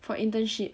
for internship